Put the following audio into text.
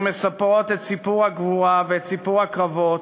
מספרות את סיפור הגבורה ואת סיפור הקרבות